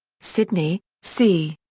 sidney, c.